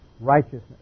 righteousness